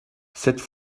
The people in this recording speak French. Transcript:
cette